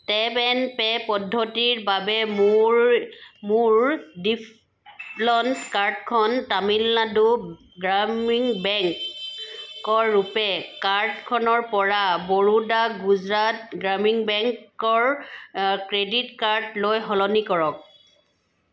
tap and pay পদ্ধতিৰ বাবে মোৰ মোৰ কাৰ্ডখন তামিলনাডু গ্ৰামীণ বেংকৰ ৰূপে' কাৰ্ডখনৰ পৰা বৰোডা গুজৰাট গ্ৰামীণ বেংকৰ ক্ৰেডিট কাৰ্ডলৈ সলনি কৰক